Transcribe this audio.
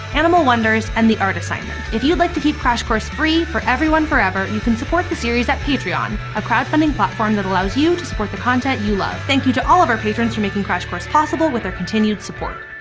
animal wonders, and the art assignment. if you'd like to keep crash course free for everyone, forever, you can support the series at patreon, a crowdfunding platform that allows you to support the content you love. thank you to all of our patrons for making crash course possible with their continued support.